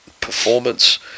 performance